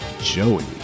joey